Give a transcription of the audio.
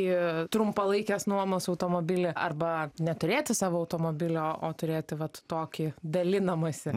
į trumpalaikės nuomos automobilį arba neturėti savo automobilio o turėti vat tokį dalinamasi